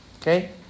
Okay